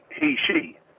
he/she